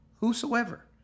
Whosoever